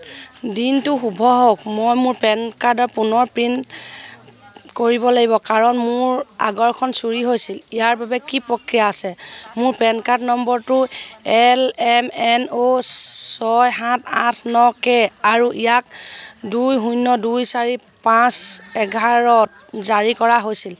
দিনটো শুভ হওক মই মোৰ পেন কাৰ্ডৰ পুনৰ প্ৰিণ্ট কৰিব লাগিব কাৰণ মোৰ আগৰখন চুৰি হৈছিল ইয়াৰ বাবে কি প্ৰক্ৰিয়া আছে মোৰ পেন কাৰ্ড নম্বৰটো এল এম এন অ' ছয় সাত আঠ ন কে আৰু ইয়াক দুই শূন্য দুই চাৰি পাঁচ এঘাৰত জাৰী কৰা হৈছিল